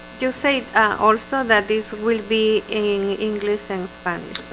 you think also that these will be in english and spanish,